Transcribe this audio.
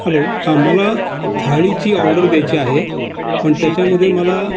hello हा मला थाळीची ऑर्डर द्यायची आहे पण त्याच्यामध्ये मला